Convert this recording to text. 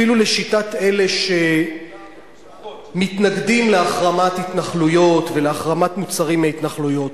אפילו לשיטת אלה שמתנגדים להחרמת התנחלויות ולהחרמת מוצרים מהתנחלויות,